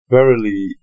Verily